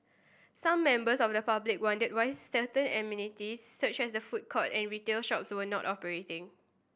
some members of the public wondered why certain amenities such as a food court and retail shops were not operating